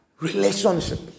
Relationship